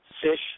Fish